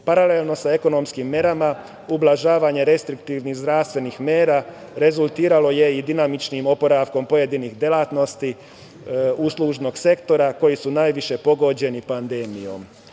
aktivnost. Paralelno sa ekonomskim merama, ublažavanje restriktivnih zdravstvenih mera rezultiralo je i dinamičnim oporavkom pojedinih delatnosti uslužnog sektora koji su najviše pogođeni pandemijom. Polazeći